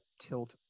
tilt